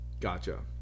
Gotcha